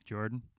Jordan